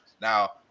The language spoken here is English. Now